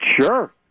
Sure